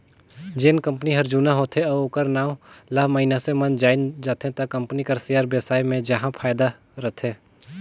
जेन कंपनी हर जुना होथे अउ ओखर नांव ल मइनसे मन जाएन जाथे त कंपनी कर सेयर बेसाए मे जाहा फायदा रथे